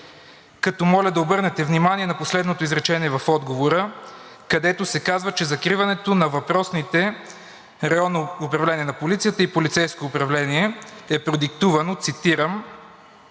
като моля да обърнете внимание на последното изречение в отговора, където се казва, че закриването на въпросните районни управления на полицията и полицейското управление е продиктувано – цитирам